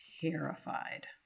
terrified